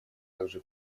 также